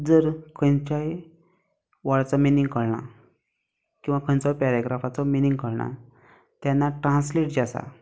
जर खंयच्याय वर्डाचो मिनींग कळना किंवा खंयचो पॅरेग्राफाचो मिनींग कळना तेन्ना ट्रान्सलेट जें आसा